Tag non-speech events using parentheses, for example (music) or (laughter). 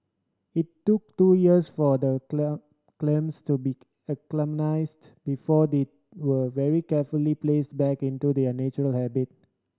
it took two years for the (unintelligible) clams to be acclimatised before they were very carefully placed back into their natural habitat